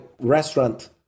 restaurant